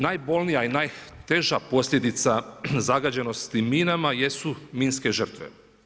Najbolnija i najteža posljedica zagađenosti minama jesu minske žrtve.